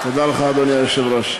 תודה לך, אדוני היושב-ראש.